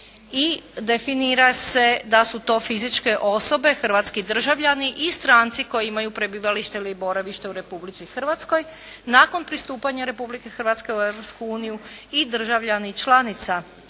i definira se da su to fizičke osobe, hrvatski državljani i stranci koji imaju prebivalište ili boravište u Republici Hrvatskoj. Nakon pristupanja Republike Hrvatske u Europsku uniju i državljani članica,